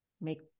make